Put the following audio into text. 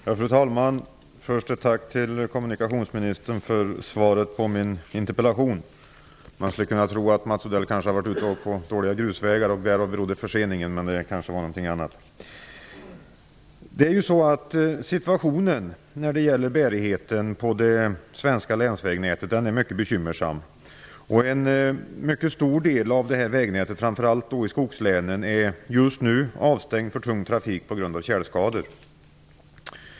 Fru talman! Jag vill först tacka kommunikationsministern för svaret på min interpellation. Man skulle kunna tro att Mats Odell har varit ute och åkt på dåliga grusvägar, och därav förseningen. Men det kanske berodde på någonting annat. Situationen när det gäller bärigheten på det svenska länsvägnätet är mycket bekymmersam. En mycket stor del av vägnätet, framför allt i skogslänen, är just nu avstängd för tung trafik på grund av tjälskador.